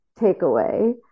takeaway